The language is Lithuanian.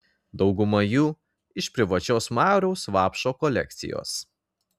dauguma jų iš privačios mariaus vaupšo kolekcijos